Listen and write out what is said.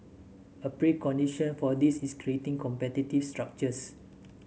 a precondition for this is creating competitive structures